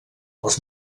els